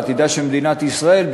על עתידה של מדינת ישראל,